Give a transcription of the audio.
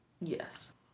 Yes